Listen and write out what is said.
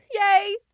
Yay